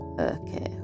okay